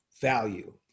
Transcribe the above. value